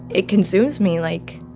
it consumes me. like,